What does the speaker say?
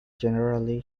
generally